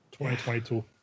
2022